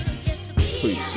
Please